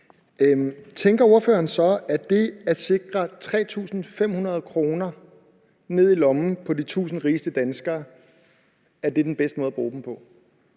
tænker ordføreren så, at det at sikre 3.500 kr. ned i lommen på de tusind rigeste danskere er den bedste måde at bruge dem på?